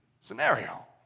scenario